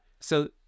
So-